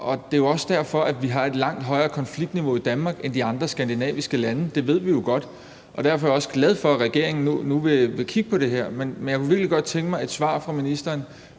Det er også derfor, vi har et langt højere konfliktniveau i Danmark end i de andre skandinaviske lande – det ved vi jo godt. Derfor er jeg også glad for, at regeringen nu vil kigge på det her. Men jeg kunne virkelig godt tænke mig et svar fra ministeren